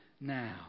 now